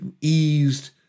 eased